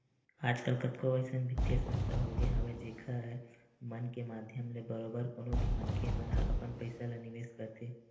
आजकल कतको अइसन बित्तीय संस्था होगे हवय जेखर मन के माधियम ले बरोबर कोनो भी मनखे मन ह अपन पइसा ल निवेस करथे